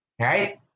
right